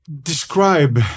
Describe